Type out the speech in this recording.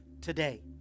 today